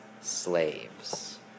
slaves